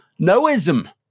Noism